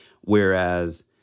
whereas